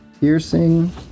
piercing